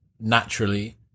naturally